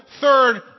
Third